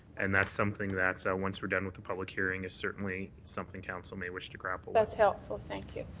and that's something that ah once we're done with the public hearing is certainly something council may wish to grab but that's helpful, thank you.